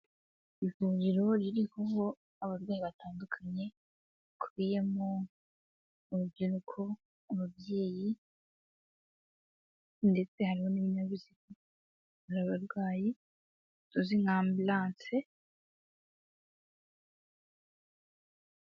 Ivuriro ririho abarwayi batandukanye bakubiyemo urubyiruko, ababyeyi, ndetse hari n'ibinyabiziga bitwara abarwayi tuzi nka ambulanse.